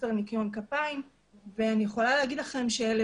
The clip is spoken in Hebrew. חוסר ניקיון כפיים ואני יכולה להגיד לדם שאלה